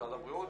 משרד הבריאות,